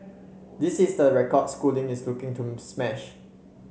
this is the record Schooling is looking to smash